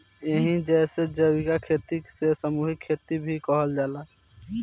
एही से जैविक खेती के सामूहिक खेती भी कहल जाला